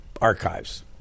archives